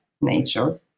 nature